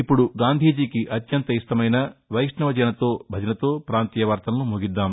ఇప్పుడు గాంధీజీకి అత్యంత ఇష్టమైన వైష్ణవ్ జన్తో భజనతో పాంతీయ వార్తలను ముగిద్దాం